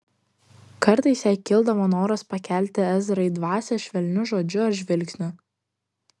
kartais jai kildavo noras pakelti ezrai dvasią švelniu žodžiu ar žvilgsniu